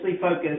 focused